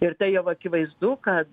ir tai jau akivaizdu kad